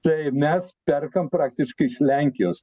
tai mes perkam praktiškai iš lenkijos